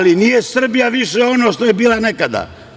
Nije Srbija više ono što je bila nekada.